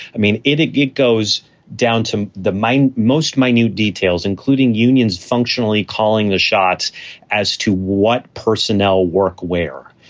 i mean, it it it goes down to the mine most my new details, including unions functionally calling the shots as to what personnel work where.